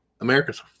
America's